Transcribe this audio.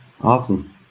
Awesome